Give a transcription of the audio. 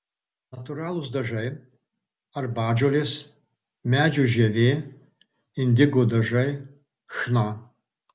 natūralūs dažai arbatžolės medžio žievė indigo dažai chna